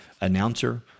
announcer